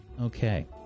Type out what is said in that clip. Okay